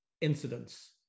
incidents